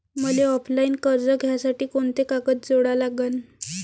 मले ऑफलाईन कर्ज घ्यासाठी कोंते कागद जोडा लागन?